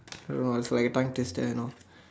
I don't know lah it's like tongue twister and all